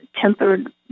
Tempered